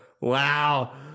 Wow